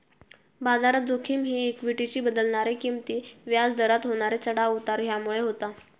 बाजारात जोखिम ही इक्वीटीचे बदलणारे किंमती, व्याज दरात होणारे चढाव उतार ह्यामुळे होता